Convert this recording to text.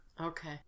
Okay